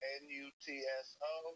n-u-t-s-o